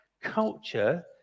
culture